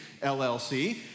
LLC